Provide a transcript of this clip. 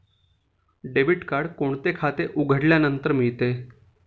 Debit card कोणते खाते उघडल्यानंतर मिळते?